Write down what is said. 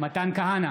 מתן כהנא,